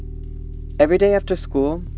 everyday after school,